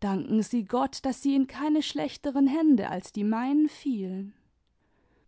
danken sie gott daß sie in keine schlechteren hände als die meinen fielen